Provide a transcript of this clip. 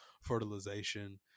fertilization